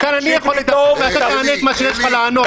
---- כאן אני יכול לדבר ואתה תענה את מה שיש לך לענות.